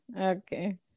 Okay